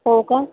हो का